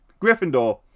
Gryffindor